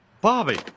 Bobby